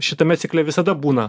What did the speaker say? šitame cikle visada būna